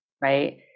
Right